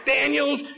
Daniels